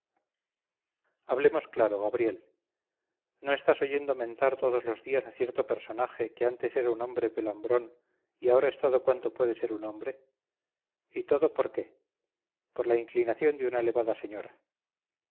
hablemos claro gabriel no estás oyendo mentar todos los días a cierto personaje que antes era un pobre pelambrón y ahora es todo cuanto puede ser un hombre y todo por qué por la inclinación de una elevada señora